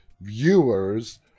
viewers